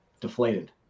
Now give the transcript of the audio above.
deflated